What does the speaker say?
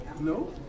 no